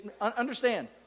Understand